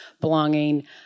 belonging